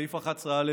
סעיף 11(א)